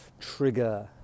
trigger